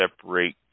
separate